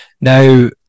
Now